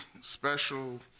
special